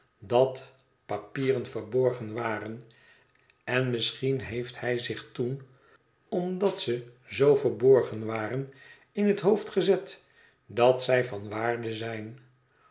dat papieren verborgen waren en misschien heeft hij zich toen o i dat ze zoo verborgen waren in het hoofd gezet dat zij van waarde zijn